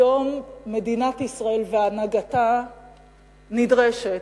היום מדינת ישראל והנהגתה נדרשת,